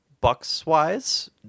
Bucks-wise